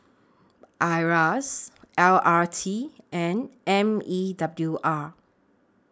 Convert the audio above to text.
IRAS L R T and M E W R